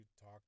talk